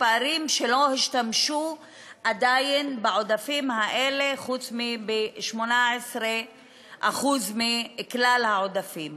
מתפארים בזה שלא השתמשו עדיין בעודפים האלה חוץ מב-18% מכלל העודפים.